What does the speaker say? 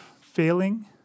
failing